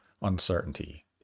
uncertainty